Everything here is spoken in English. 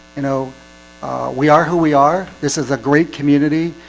you know we are who we are. this is a great community.